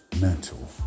Mental